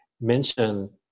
mention